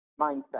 mindset